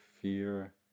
fear